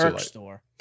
store